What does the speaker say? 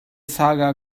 saga